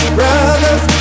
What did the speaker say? brothers